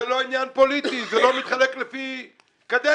זה לא עניין פוליטי, זה לא מתחלק לפי קדנציות.